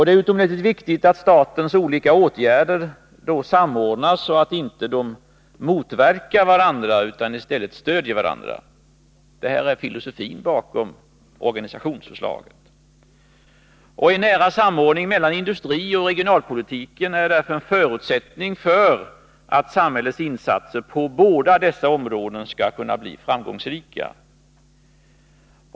Det är utomordentligt viktigt att statens olika åtgärder samordnas, så att de inte motverkar varandra utan i stället stödjer varandra. Detta är filosofin bakom organisationsförslaget. En nära samordning mellan industrioch regionalpolitiken är därför en förutsättning för att samhällets insatser på båda dessa områden skall kunna bli framgångsrika.